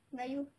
melayu